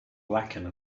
blackened